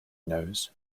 knows